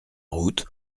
route